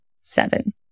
seven